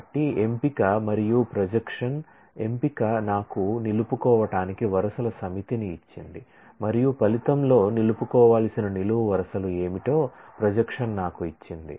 కాబట్టి ఎంపిక మరియు ప్రొజెక్షన్ ఎంపిక నాకు నిలుపుకోవటానికి వరుసల సమితిని ఇచ్చింది మరియు ఫలితంలో నిలుపుకోవాల్సిన నిలువు వరుసలు ఏమిటో ప్రొజెక్షన్ నాకు ఇచ్చింది